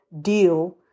deal